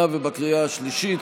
תמנו ואשכנזי בעד.